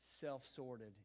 self-sorted